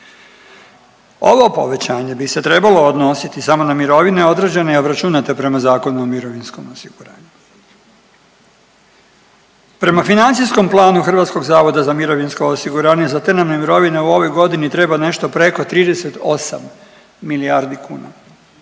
Ovo povećanje bi se trebalo odnositi samo na mirovine određene i obračunate prema Zakonu o mirovinskom osiguranju. Prema financijskom planu HZMO za te nam mirovine u ovoj godini treba nešto preko 38 milijardi kuna.